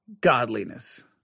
Godliness